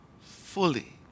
fully